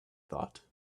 thought